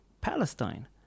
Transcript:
Palestine